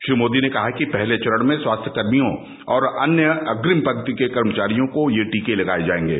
श्री मोदी ने कहा कि पहले चरण में स्वास्थ्यकर्मियों और अन्य अग्रिम पंक्ति के कर्मचारियों को ये टीके लगाए जाएंगे